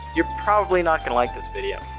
you're probably not gonna like this video.